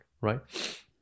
right